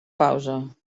pausa